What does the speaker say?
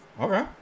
Okay